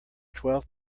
twelve